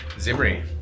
Zimri